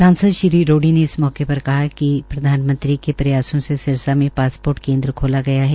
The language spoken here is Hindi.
सांसद ने रोड़ी ने इस मौके पर कहा कि प्रधानमंत्री के प्रयासों से सिरसा में पासपोर्ट केन्द्र खोला गया है